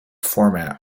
format